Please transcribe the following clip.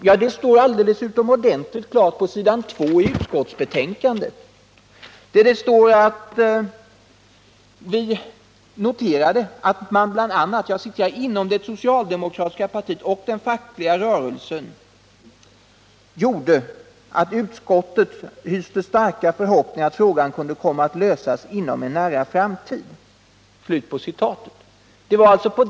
Ja, skälet anges utomordentligt klart på s. 2 i betänkandet, där det står ”att den debatt om kollektivanslutningens berättigande som på senare tid förekommit, bl.a. inom det socialdemokratiska partiet och den fackliga rörelsen, gjorde att utskottet hyste starka förhoppningar att frågan kunde komma att lösas inom en nära framtid”.